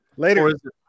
later